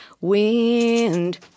wind